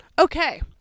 okay